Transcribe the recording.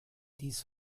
dies